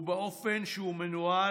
ובאופן שהוא מנוהל,